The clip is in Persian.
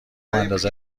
انداز